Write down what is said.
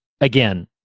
again